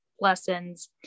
lessons